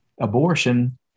abortion